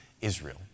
Israel